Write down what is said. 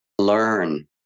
learn